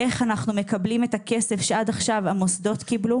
איך אנחנו מקבלים את הכסף שעד עכשיו המוסדות קיבלו.